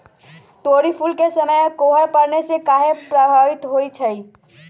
तोरी फुल के समय कोहर पड़ने से काहे पभवित होई छई?